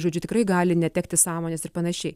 žodžiu tikrai gali netekti sąmonės ir panašiai